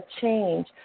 change